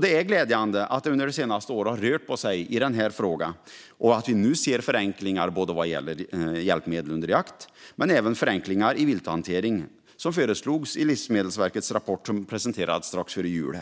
Det är glädjande att det under det senaste året har rört på sig i frågan och att vi nu ser förenklingar vad gäller hjälpmedel vid jakt och i vilthanteringen, som föreslogs i Livsmedelsverkets rapport som presenterades strax före jul.